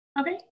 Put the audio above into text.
Okay